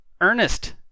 Ernest